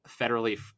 federally